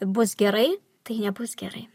bus gerai tai nebus gerai